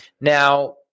Now